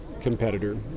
competitor